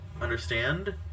understand